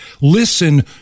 Listen